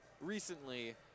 recently